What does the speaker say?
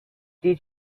did